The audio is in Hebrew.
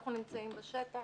אנחנו נמצאם בשטח,